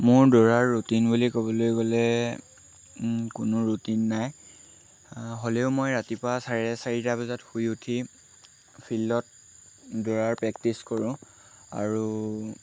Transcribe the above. মোৰ দৌৰাৰ ৰুটিন বুলি ক'বলৈ গ'লে কোনো ৰুটিন নাই হ'লেও মই ৰাতিপুৱা চাৰে চাৰিটা বজাত শুই উঠি ফিল্ডত দৌৰাৰ প্ৰেক্টিছ কৰোঁ আৰু